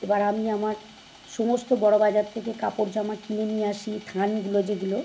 এবার আমি আমার সমস্ত বড়বাজার থেকে কাপড় জামা কিনে নিয়ে আসি থানগুলো যেগুলো